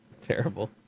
Terrible